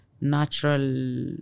natural